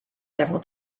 several